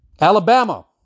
Alabama